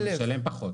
הוא משלם פחות.